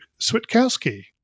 Switkowski